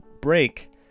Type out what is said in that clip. break